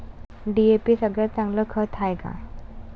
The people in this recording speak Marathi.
डी.ए.पी सगळ्यात चांगलं खत हाये का?